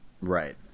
Right